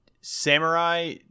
Samurai